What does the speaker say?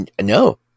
no